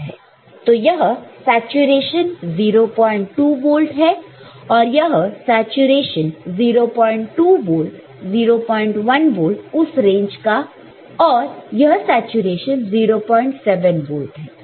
तो यह saturation 02 volt है और यह सैचुरेशन 02 वोल्ट 01 वोल्ट उस रेंज का और यह सैचुरेशन 07 वोल्ट है